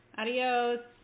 adios